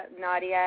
Nadia